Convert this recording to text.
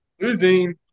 Losing